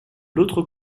l’autre